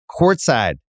courtside